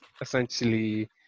essentially